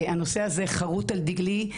הנושא הזה חרוט על דגלי,